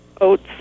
oats